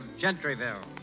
Gentryville